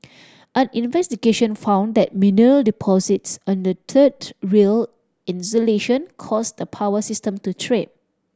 an investigation found that mineral deposits under the third rail insulation caused the power system to trip